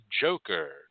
joker